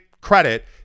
credit